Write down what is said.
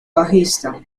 bajista